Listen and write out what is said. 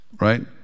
Right